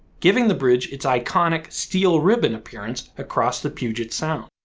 giving the bridge its iconic steel ribbon appearance across the puget sound.